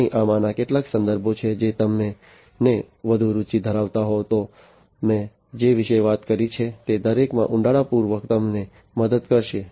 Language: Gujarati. અહીં આમાંના કેટલાક સંદર્ભો છે જે તમને વધુ રુચિ ધરાવતા હોય તો મેં જે વિશે વાત કરી છે તે દરેકમાં વધુ ઊંડાણપૂર્વક તમને મદદ કરશે